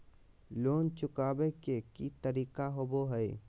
Loan चुकाबे के की तरीका होबो हइ?